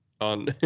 on